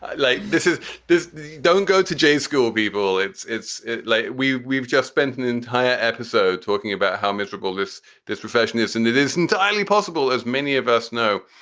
ah like this. is this. don't go to j school, beeble. it's it's late. we've we've just spent an entire episode talking about how miserable this this profession is. and it is entirely possible, as many of us know,